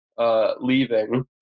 Leaving